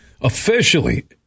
officially